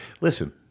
Listen